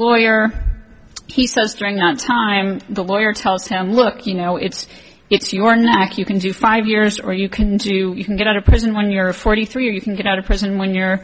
lawyer he says drawing on time the lawyer tells him look you know it's it's your knack you can do five years or you can do you can get out of prison when you're forty three or you can get out of prison when you're